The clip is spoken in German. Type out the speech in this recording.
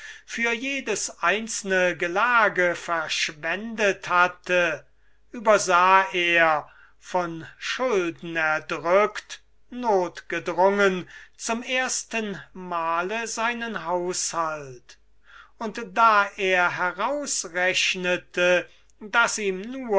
für jedes einzelne gelage verschwendet hatte übersah er von schulden erdrückt nothgedrungen zum ersten male seinen haushalt und da er herausrechnete daß ihm